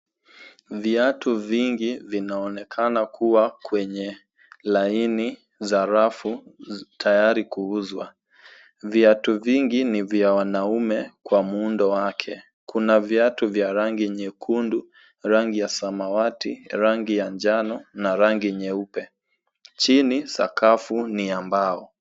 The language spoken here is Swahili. Viatu vingi vinaonekana kuwa kwenye laini za rafu tayari kuuzwa. Viatu vingi ni vya wanaume kwa muundo wake. Kuna viatu vya rangi nyekundu, rangi ya samawati, rangi ya njano na rangi nyeupe. Chini sakafu ni ya mbao.